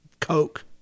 Coke